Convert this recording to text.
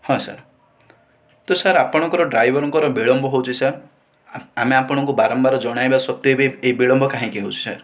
ହଁ ସାର୍ ତ ସାର୍ ଆପଣଙ୍କର ଡ୍ରାଇଭରଙ୍କର ବିଳମ୍ବ ହେଉଛି ସାର୍ ଆମେ ଆପଣଙ୍କୁ ବାରମ୍ବାର ଜଣାଇବା ସତ୍ତ୍ୱେ ବି ଏଇ ବିଳମ୍ବ କାହିଁକି ହେଉଛି ସାର୍